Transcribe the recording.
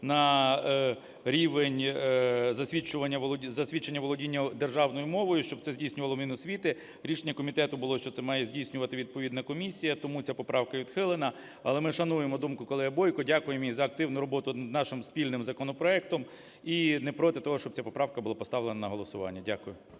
на рівень засвідчення володіння державною мовою, щоб це здійснювало Міносвіти. Рішення комітету було, що це має здійснювати відповідно комісія. Тому ця поправка відхилена, але ми шануємо думку колеги Бойко, дякуємо їй за активну роботу з нашим спільним законопроектом і не проти того, щоб ця поправка була поставлена на голосування. Дякую.